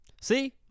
See